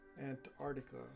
Antarctica